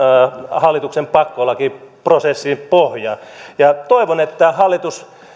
hallituksen pakkolakiprosessin pohja toivon että hallitus